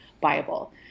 Bible